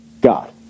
God